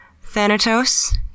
Thanatos